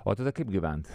o tada kaip gyvent